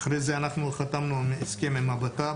אחרי זה חתמנו הסכם עם הבט"פ.